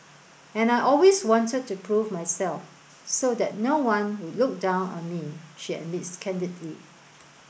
and I always wanted to prove myself so that no one would look down on me she admits candidly